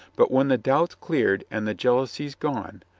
but when the doubt's cleared and the jealousy's gone,